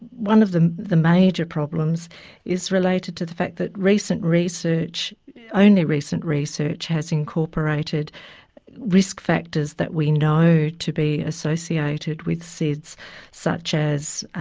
one of the the major problems is related to the fact that recent research and only recent research has incorporated risk factors that we know to be associated with sids such as